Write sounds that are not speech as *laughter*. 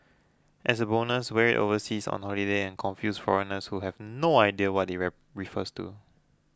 as a bonus wear it overseas on holiday and confuse foreigners who have no idea what it *unintelligible* refers to